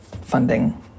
funding